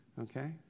Okay